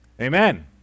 Amen